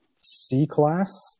C-Class